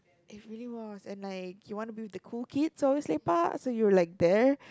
it really was and like you wanted to be with like the cool kids always lepak so you were like there